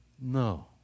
No